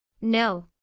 No